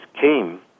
came